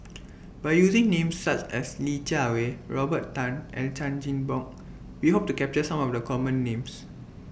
By using Names such as Li Jiawei Robert Tan and Chan Chin Bock We Hope to capture Some of The Common Names